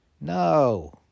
No